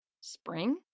Spring